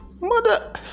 Mother